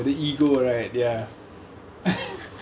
ya ya ya the ego the ego right ya